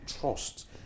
trust